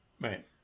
Right